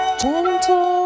Gentle